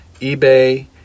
eBay